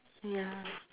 ya